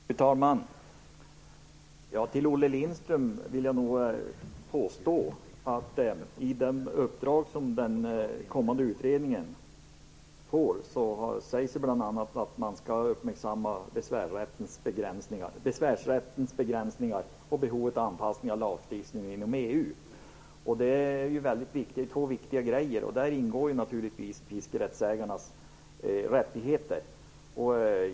Fru talman! Till Olle Lindström vill jag säga att i det uppdrag som den kommande utredningen får sägs det bl.a. att man skall uppmärksamma besvärsrättens begränsningar och behovet av anpassning till lagstiftningen inom EU, vilket är två väldigt viktiga saker. Här ingår naturligtvis fiskerättsägarnas rättigheter.